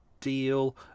deal